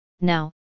now